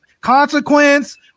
consequence